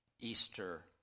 Easter